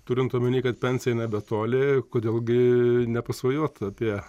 turint omeny kad pensija nebetoli kodėl gi nepasvajot apie